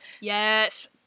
yes